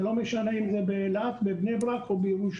זה לא משנה אם זה באילת, בבני ברק או בירושלים,